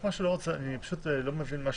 אני פשוט לא מבין משהו.